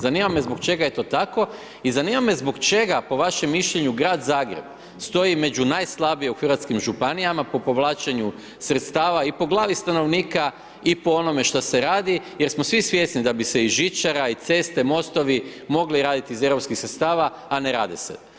Zanima me zbog čega je to tako i zanima me zbog čega po vašem mišljenju Grad Zagreb stoji među najslabije u hrvatskim županijama po povlačenju sredstava i po glavi stanovnika i po onome što se radi jer smo svi svjesni da bi se i žičara i ceste, mostovi mogli raditi iz europskih sredstava a ne rade se.